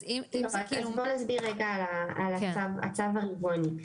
אז בואי אני אסביר רגע על הצו הרבעוני.